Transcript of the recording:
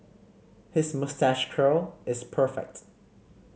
his moustache curl is perfect